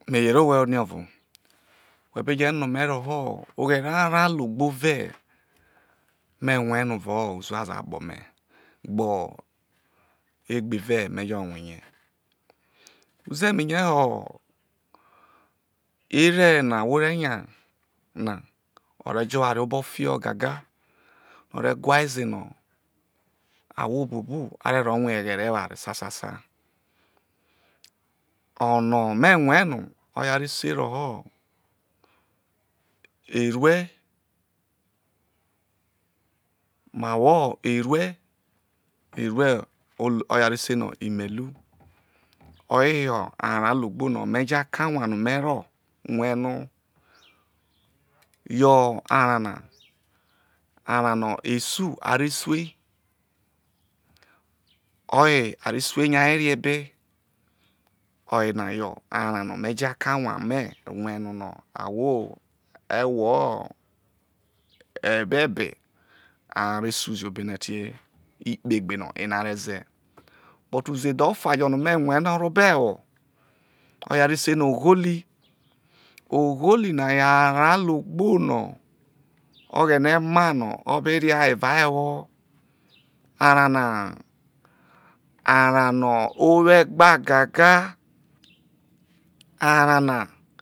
Me yere owheniovo whe̠ be̠ jeno̠ ome̠ roho̠ ogbe̠re̠ arao ologbo ve me rue no evao uzuazo̠ akpo̠me̠ gbe ogbe ve̠ me̠jo̠ rue̠ erie uzemevie ho̠ ere̠no̠ ahwo re̠ nya na o̠re̠ jo̠ oware obo̠ fiho gaga o̠ re̠ gwaeze no̠ ahwo buobu are ro̠ rue eghere eware sasasa o̠no̠ merue no oye arese roho erue ma wo erue olo oye a re se no imelu o̠yeho̠ arao dogbo no̠ mejo akawa no̠ merro rue no yo̠ araona, arao no̠ esu are sue oye are su nyai re̠ e̠be oyena yo̠ arao no̠ me̠jo akawa me̠ rue no̠ no̠ ahwo e̠who e̠be̠be are̠ su zio abone̠ ti kpe gbe eno̠ a re̠ize̠ but uzedhe o̠fa no̠ me̠ rue̠ no̠ o rro̠ obo̠ e̠wo̠ oye a re se no ogholi ogholina yo arao logbo no oghene mano o̠ be ria evao e̠wo̠ arao nana arao no̠ o wo egba gaga ara o na.